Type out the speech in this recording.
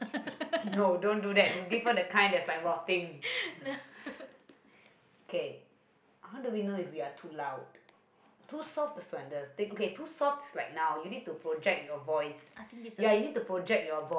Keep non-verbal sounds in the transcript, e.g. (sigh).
(laughs) no (laughs) i think this is a bit